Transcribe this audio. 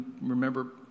remember